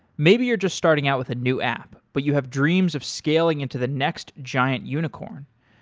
maybe you're just starting out with a new app, but you have dreams of scaling into the next giant unicorn.